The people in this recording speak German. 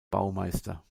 baumeister